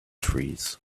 trees